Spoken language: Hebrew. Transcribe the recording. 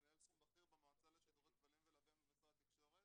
מנהל תחום בכיר במועצה לשידורי כבלים ולוויין במשרד התקשורת.